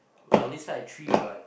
I only side three what